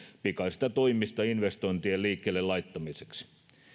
pikaisista toimista investointien liikkeelle laittamiseksi